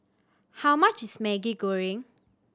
how much is Maggi Goreng